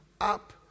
up